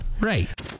Right